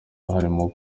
barimo